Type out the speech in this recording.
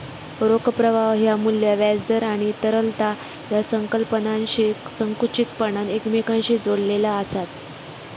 रोख प्रवाह ह्या मू्ल्य, व्याज दर आणि तरलता या संकल्पनांशी संकुचितपणान एकमेकांशी जोडलेला आसत